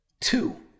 two